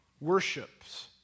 worships